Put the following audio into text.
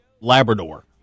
Labrador